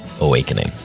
awakening